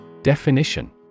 Definition